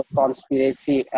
conspiracy